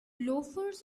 loafers